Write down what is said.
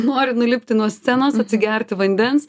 noriu nulipti nuo scenos atsigerti vandens